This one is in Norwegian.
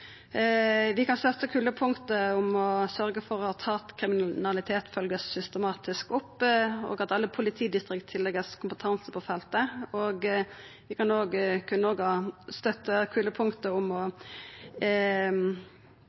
Vi kan støtta strekpunktet om å sørgja for at hatkriminalitet vert følgd systematisk opp, og at alle politidistrikt får kompetanse på feltet. Vi kunne òg ha støtta strekpunktet om å